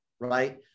right